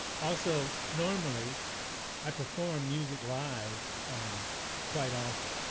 also normally i perform music live quite often.